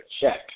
check